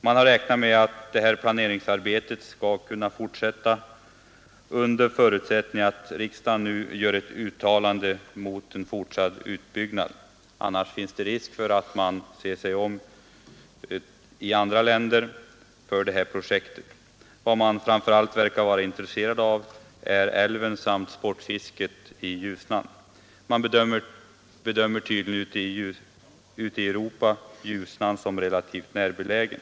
Man har räknat med att detta planeringsarbete skall fortsätta under förutsättning att riksdagen nu gör ett uttalande mot utbyggnad. Annars finns det risk för att andra länder kan bli aktuella för det här projektet. Vad man framför allt verkar vara intresserad av är älven samt sportfisket. Man bedömer tydligen ute i Europa Ljusnan som relativt närbelägen.